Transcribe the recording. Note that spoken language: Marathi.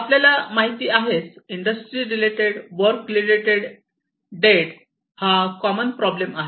आपल्याला माहिती आहे industries related work related debt हा कॉमन प्रॉब्लेम आहे